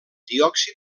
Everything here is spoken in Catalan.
diòxid